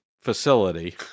facility